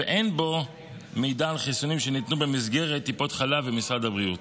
ואין בו מידע על חיסונים שניתנו במסגרת טיפות חלב ומשרד הבריאות.